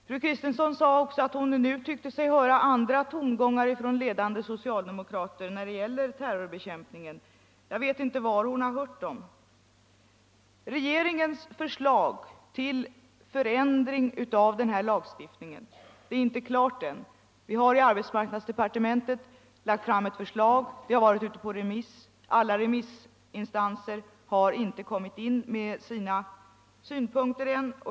Fru Kristensson sade också att hon nu tyckte sig höra andra tongångar från ledande socialdemokrater när det gäller terrorbekämpningen. Jag vet inte var fru Kristensson har hört dem. Regeringens förslag till ändring av denna lag är inte klart ännu. Vi har i arbetsmarknadsdepartementet lagt fram ett förslag som har varit ute på remiss, men alla remissinstanser har ännu inte kommit in med sina synpunkter.